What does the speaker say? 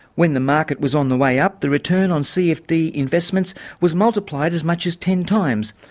when the market was on the way up, the return on cfd investments was multiplied as much as ten times.